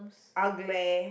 ugly